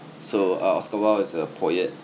so uh oscar wilde is a poet